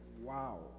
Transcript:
wow